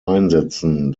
einsetzen